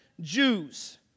Jews